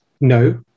no